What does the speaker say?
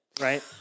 Right